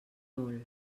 molt